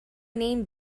name